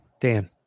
Dan